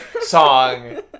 song